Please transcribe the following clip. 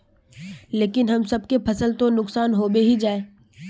लेकिन हम सब के फ़सल तो नुकसान होबे ही जाय?